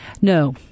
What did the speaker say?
No